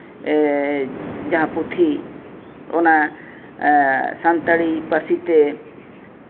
ᱡᱟᱦᱟᱸ ᱯᱩᱛᱷᱤ ᱚᱱᱟ ᱥᱟᱱᱛᱟᱲᱤ ᱯᱟᱹᱨᱥᱤ ᱛᱮ